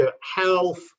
health